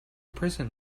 prison